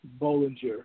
Bollinger